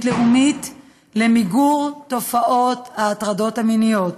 לאומית למיגור תופעת ההטרדות המיניות.